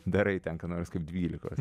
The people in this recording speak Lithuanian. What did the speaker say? darai ten ką nors kaip dvylikos